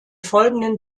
folgenden